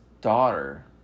daughter